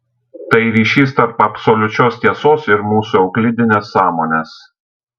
tai ryšys tarp absoliučios tiesos ir mūsų euklidinės sąmonės